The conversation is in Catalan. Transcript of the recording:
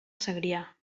segrià